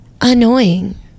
annoying